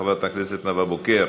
חברת הכנסת נאוה בוקר,